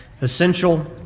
essential